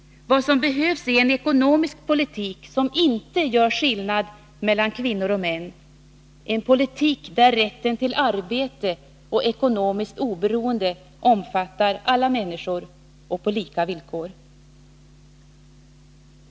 Vad som behövs är en ekonomisk politik som inte gör skillnad mellan kvinnor och män, en politik där rätten till arbete och ekonomiskt oberoende omfattar alla människor och på lika villkor.